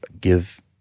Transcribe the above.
give